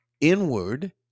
inward